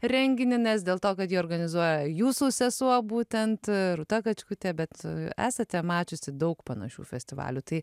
renginį nes dėl to kad jį organizuoja jūsų sesuo būtent rūta kačkutė bet esate mačiusi daug panašių festivalių tai